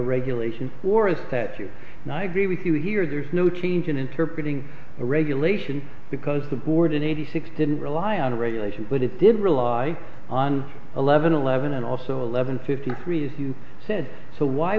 regulation or is that you know i agree with you here there's no change in interpreting a regulation because the board in eighty six didn't rely on regulation but it did rely on eleven eleven and also eleven fifty three as you said so why